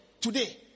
today